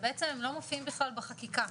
שבעצם לא מופיעים בכלל בחקיקה,